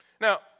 Now